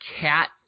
cat